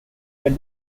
that